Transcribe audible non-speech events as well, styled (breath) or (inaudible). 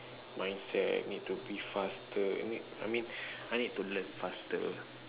mindset and need to be faster I mean I mean (breath) I need to learn faster